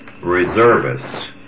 reservists